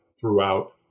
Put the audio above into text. throughout